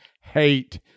hate